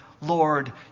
Lord